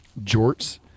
jorts